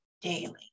daily